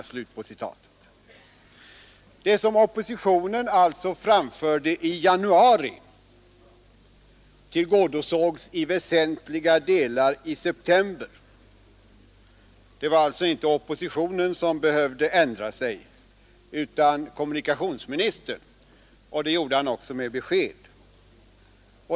Det som oppositionen alltså framförde i januari tillgodosågs i väsentliga delar i september. Det var följaktligen inte oppositionen som behövde ändra sig utan kommunikationsministern, och det gjorde han också med besked.